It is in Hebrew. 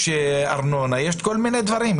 יש ארנונה וכל מיני דברים.